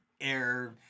air